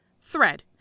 Thread